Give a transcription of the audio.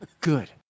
Good